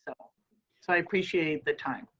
so so i appreciate the time.